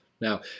now